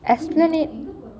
I think